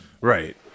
right